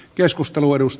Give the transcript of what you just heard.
arvoisa puhemies